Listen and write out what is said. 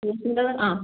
ഡ്രസ്സിൻ്റെത് ആ